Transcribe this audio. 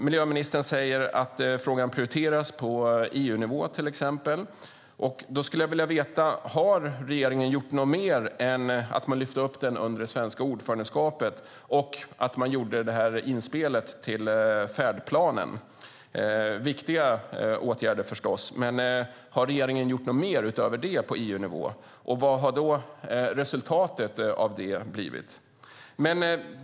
Miljöministern säger till exempel att frågan prioriteras på EU-nivå, och då skulle jag vilja veta om regeringen har gjort något mer än att man lyfte upp den under det svenska ordförandeskapet och att man gjorde det här inspelet till färdplanen. Det är viktiga åtgärder förstås, men har regeringen gjort något mer, utöver det, på EU-nivå och vad har resultatet av det då blivit?